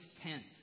tenth